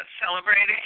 Celebrating